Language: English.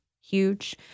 huge